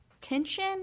tension